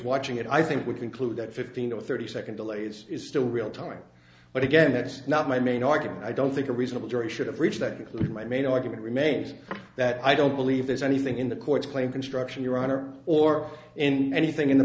watching it i think we conclude that fifteen or thirty second delays is still real time but again that's not my main argument i don't think a reasonable jury should have reached that conclusion my main argument remains that i don't believe there's anything in the court's claim construction your honor or and anything in the